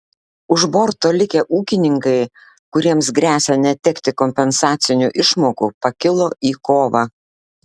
už borto likę ūkininkai kuriems gresia netekti kompensacinių išmokų pakilo į kovą